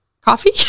Coffee